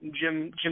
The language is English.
Jim